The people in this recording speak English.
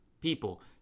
people